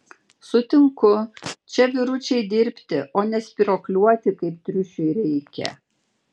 sutinku čia vyručiai dirbti o ne spyruokliuoti kaip triušiui reikia